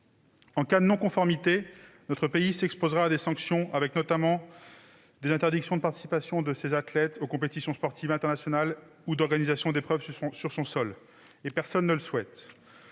En cas de non-conformité, notre pays s'exposera à des sanctions, avec notamment l'interdiction de la participation de ses athlètes aux compétitions sportives internationales ou d'organisation d'épreuves sur son sol, ce que personne ne souhaite.